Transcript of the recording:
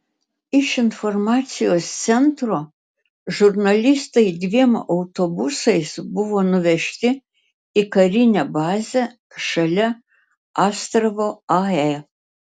iš informacijos centro žurnalistai dviem autobusais buvo nuvežti į karinę bazę šalia astravo ae